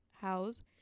house